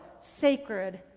sacred